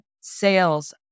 sales